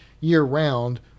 year-round